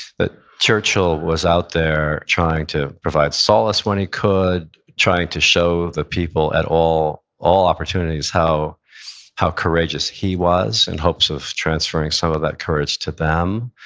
that churchill was out there trying to provide solace when he could, trying to show the people at all all opportunities how how courageous he was in hopes of transferring some of that courage to them.